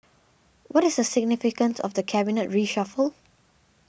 what is the significance of the cabinet reshuffle